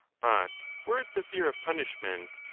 but were it the fear of punishment,